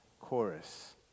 chorus